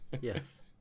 yes